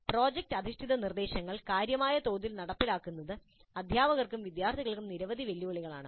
project അധിഷ്ഠിത നിർദ്ദേശങ്ങൾ കാര്യമായ തോതിൽ നടപ്പിലാക്കുന്നത് അധ്യാപകർക്കും വിദ്യാർത്ഥികൾക്കും നിരവധി വെല്ലുവിളികളാണ്